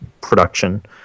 production